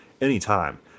anytime